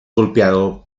golpeado